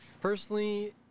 personally